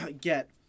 get